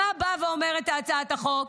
מה אומרת הצעת החוק?